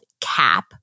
CAP